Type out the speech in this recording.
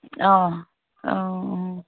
অ' অ' অ'